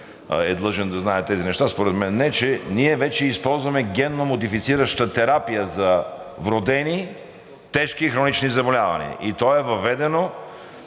е длъжен да знае тези неща, според мен не, че ние вече използваме генномодифицираща терапия за вродени тежки хронични заболявания. И то е въведено,